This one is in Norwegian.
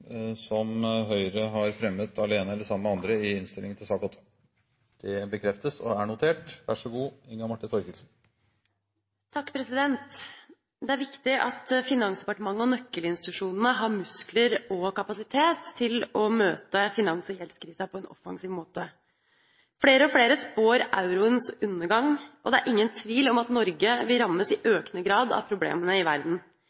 som Høyre har enten alene eller sammen med andre. Representanten Jan Tore Sanner har tatt opp de forslag han refererte til. Det er viktig at Finansdepartementet og nøkkelinstitusjonene har muskler og kapasitet til å møte finans- og gjeldskrisa på en offensiv måte. Flere og flere spår euroens undergang, og det er ingen tvil om at Norge vil rammes i økende grad av problemene i verden.